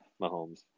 Mahomes